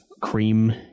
cream